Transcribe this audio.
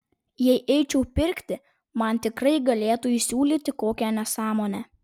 jei eičiau pirkti man tikrai galėtų įsiūlyti kokią nesąmonę